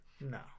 No